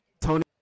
Tony